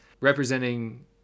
representing